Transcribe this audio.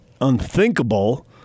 unthinkable